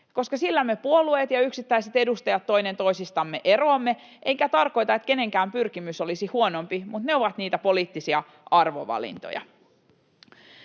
koska sillä me puolueet ja yksittäiset edustajat toinen toisistamme eroamme, enkä tarkoita, että kenenkään pyrkimys olisi huonompi, mutta ne ovat niitä poliittisia arvovalintoja.